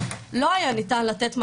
לא היה ניתן לתת מענה,